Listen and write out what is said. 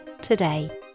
today